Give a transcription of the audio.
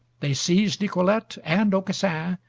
they seized nicolete and aucassin,